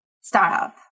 startup